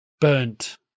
burnt